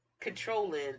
controlling